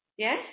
Yes